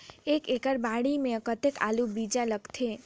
एक एकड़ बाड़ी मे कतेक आलू बीजा लगथे?